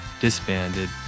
disbanded